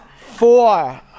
four